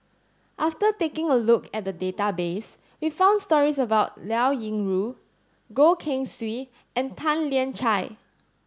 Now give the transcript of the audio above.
after taking a look at the database we found stories about Liao Yingru Goh Keng Swee and Tan Lian Chye